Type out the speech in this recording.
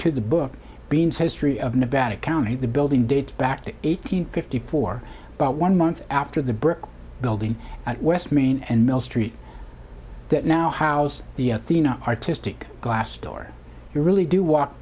to the book beans history of nevada county the building dates back to eight hundred fifty for about one months after the brick building at west main and mill street that now house the athena artistic glass door you really do walk